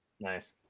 Nice